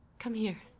come here.